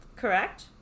correct